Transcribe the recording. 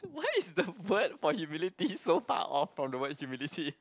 why is the word for humility so far off from the word humility